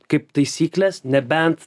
kaip taisyklės nebent